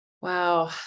Wow